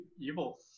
evil